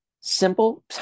Simple